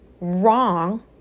wrong